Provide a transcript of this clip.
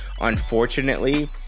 unfortunately